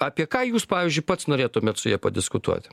apie ką jūs pavyzdžiui pats norėtumėt su ja padiskutuoti